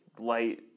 light